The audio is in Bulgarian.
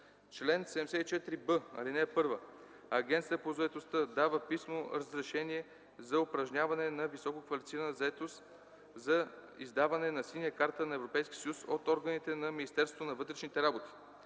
Чл. 74б. (1) Агенцията по заетостта дава писмено разрешение за упражняване на висококвалифицирана заетост за издаване на синя карта на ЕС от органите на Министерството на вътрешните работи.